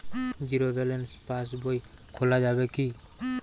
Zero balance pass বই খোলা যাবে কি?